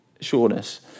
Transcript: sureness